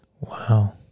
Wow